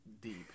deep